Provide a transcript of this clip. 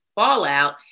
fallout